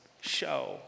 show